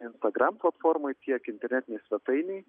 instagram platformoj tiek internetinėj svetainėj